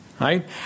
right